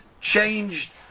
changed